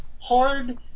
hard